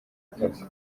akazi